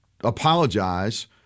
apologize